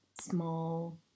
small